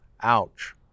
ouch